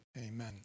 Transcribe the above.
Amen